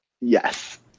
Yes